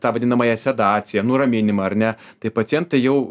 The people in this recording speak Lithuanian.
tą vadinamąją sedaciją nuraminimą ar ne tai pacientai jau